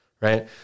right